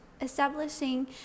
establishing